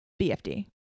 BFD